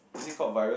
is it called virus